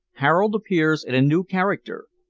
harold appears in a new character,